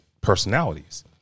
personalities